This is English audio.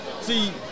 See